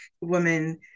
woman